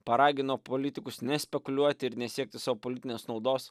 paragino politikus nespekuliuoti ir nesiekti sau politinės naudos